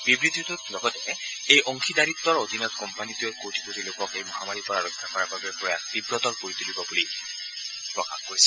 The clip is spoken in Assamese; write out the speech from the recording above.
বিবৃতিটোত লগতে এই অংশীদাৰিত্বৰ অধীনত কোম্পানীটোৱে কোটি কোটি লোকক এই মহামাৰীৰ পৰা ৰক্ষা কৰাৰ বাবে প্ৰয়াস তীৱতৰ কৰি তুলিব বুলি প্ৰকাশ কৰিছে